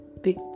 big